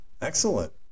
excellent